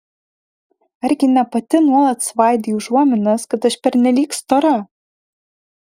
argi ne pati nuolat svaidei užuominas kad aš pernelyg stora